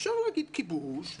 אפשר להגיד כיבוש,